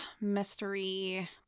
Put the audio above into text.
mystery